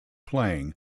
playing